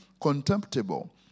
contemptible